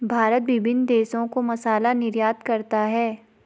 भारत विभिन्न देशों को मसाला निर्यात करता है